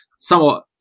somewhat